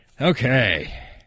Okay